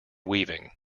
weaving